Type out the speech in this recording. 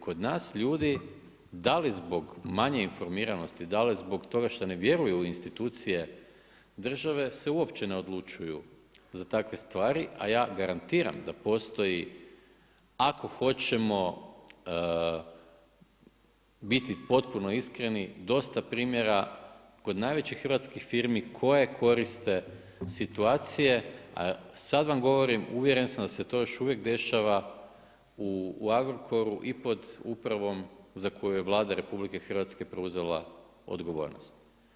Kod nas ljudi da li zbog manje informiranosti, da li zbog toga što ne vjeruju u institucije države se uopće ne odlučuju za takve stvari, a ja garantiram da postoji ako hoćemo biti potpuno iskreni dosta primjera kod najvećih hrvatskih firmi koje koriste situacije, a sad vam govorim, uvjeren sam da se to još uvijek dešava i Agrokoru i pod upravom za koju Vlada RH preuzela odgovornost.